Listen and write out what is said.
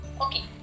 okay